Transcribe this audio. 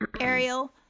Ariel